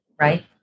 right